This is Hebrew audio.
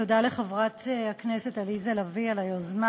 תודה רבה לחברת הכנסת עליזה לביא על היוזמה.